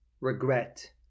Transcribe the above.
regret